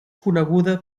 coneguda